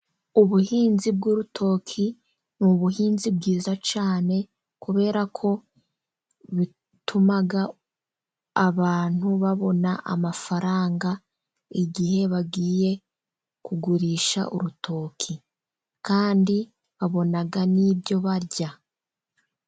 Ubuhinzi bw'urutoki ni ubuhinzi bwiza cyane, kubera ko butuma abantu babona amafaranga igihe bagiye kugurisha urutoki, kandi babona n'ibyo barya.